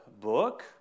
book